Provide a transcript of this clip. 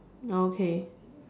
oh okay